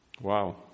Wow